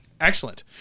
Excellent